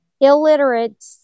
illiterate